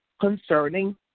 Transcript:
concerning